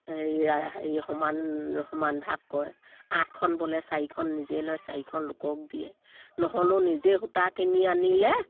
হেৰি হেৰি সমান সমান ভাগ কৰে আঠখন ব'লে চাৰিখন নিজে লয় চাৰিখন লোকক দিয়ে নহ'লেও নিজে সূতা কিনি আনিলে